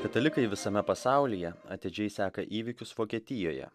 katalikai visame pasaulyje atidžiai seka įvykius vokietijoje